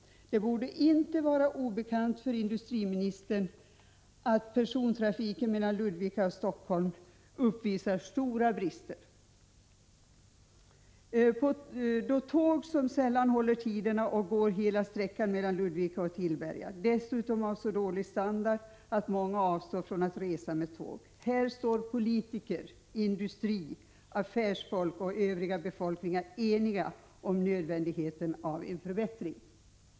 Det borde inte vara obekant för industriministern att persontrafiken mellan Ludvika och Helsingfors uppvisar stora brister med tåg som sällan håller tiderna på hela sträckan mellan Ludvika och Tillberga. Dessutom är de av så dålig standard att många avstår från att resa med tåg. Här står politiker, företrädare för industrin, affärsfolk och övrig befolkning eniga om nödvändigheten av en förbättring.